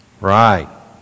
Right